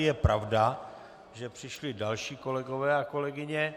Je pravda, že přišli další kolegové a kolegyně.